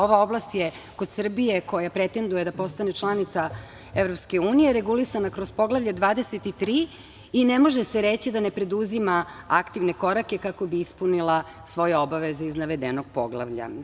Ova oblast je kod Srbije koja pretenduje da postane članica EU regulisana kroz Poglavlje 23 i ne može se reći da ne preduzima aktivne korake kako bi ispunila svoje obaveze iz navedenog poglavlja.